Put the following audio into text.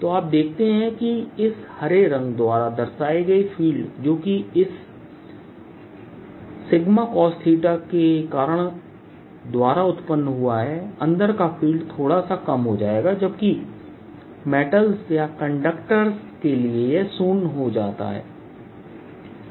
तो आप देखते हैं कि इस हरे रंग द्वारा दर्शाए गए फील्ड जोकि इस cos के कारण द्वारा उत्पन्न हुआ है अंदर का फील्ड थोड़ा सा कम हो जाएगा जबकि मेटल्स या कंडक्टरों के लिए यह शून्य हो जाता है